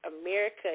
America